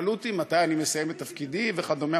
שאלו אותי מתי אני מסיים את תפקידי וכדומה,